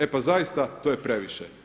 E pa zaista, to je previše.